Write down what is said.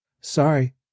Sorry